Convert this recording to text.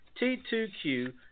T2Q